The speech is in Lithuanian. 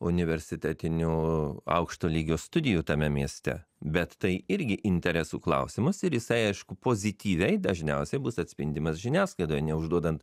universitetinių aukšto lygio studijų tame mieste bet tai irgi interesų klausimas ir jisai aišku pozityviai dažniausiai bus atspindimas žiniasklaidoj neužduodant